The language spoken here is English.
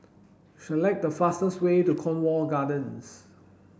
select the fastest way to Cornwall Gardens